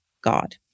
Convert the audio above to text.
God